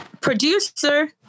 producer